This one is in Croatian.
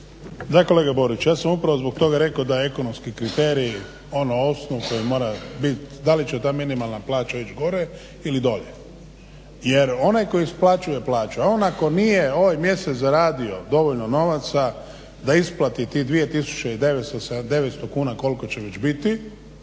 Da kolega Borić ja sam upravo zbog toga rekao da je ekonomski kriterij ono osnov koji mora biti dali će ta minimalna plaća ići gore ili dolje. Jer onaj koji isplaćuje plaću a on ako nije ovaj mjesec zaradio dovoljno novaca da isplati tih 2900 kuna koliko će već biti,